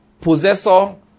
possessor